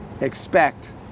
Expect